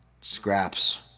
Scraps